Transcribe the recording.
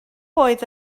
oedd